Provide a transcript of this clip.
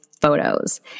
photos